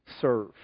serve